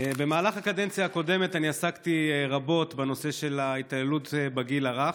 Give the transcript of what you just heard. במהלך הקדנציה הקודמת אני עסקתי רבות בנושא של ההתעללות בגיל הרך.